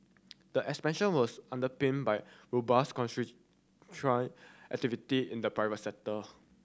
the expansion was underpinned by robust activity in the private sector